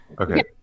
okay